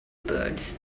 birds